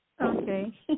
okay